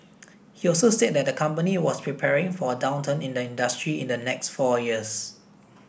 he also said that the company was preparing for a downturn in the industry in the next four years